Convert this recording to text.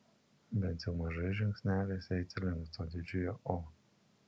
bent jau mažais žingsneliais eiti link to didžiojo o